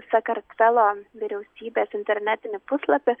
sakartvelo vyriausybės internetinį puslapį